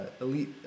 Elite